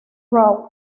row